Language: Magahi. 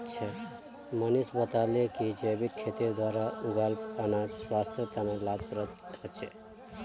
मनीष बताले कि जैविक खेतीर द्वारा उगाल अनाज स्वास्थ्य तने लाभप्रद ह छे